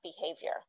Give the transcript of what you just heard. behavior